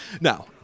Now